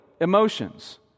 emotions